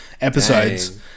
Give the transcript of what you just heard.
episodes